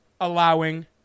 allowing